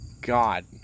God